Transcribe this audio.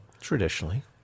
Traditionally